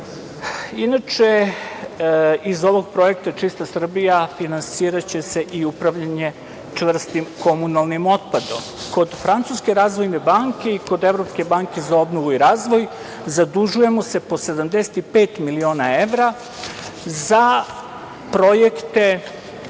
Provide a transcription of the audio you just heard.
iz ovog projekta „čista Srbija“ finansiraće se i upravljanje čvrstim komunalnim otpadom. Kod Francuske razvojne banke i kod Evropske banke za obnovu i razvoj zadužujemo se po 75 miliona evra za projekte